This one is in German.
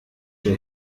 der